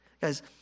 Guys